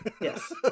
Yes